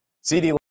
CD